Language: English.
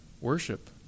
worship